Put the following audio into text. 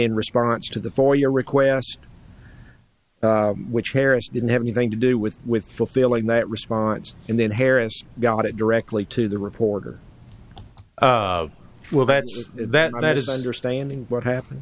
in response to the for your request which harris didn't have anything to do with with fulfilling that response and then harris got it directly to the reporter well that that is understanding what happened